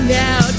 now